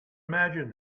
imagined